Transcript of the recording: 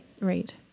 Right